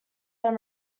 them